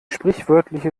sprichwörtliche